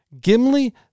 Gimli